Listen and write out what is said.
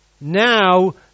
Now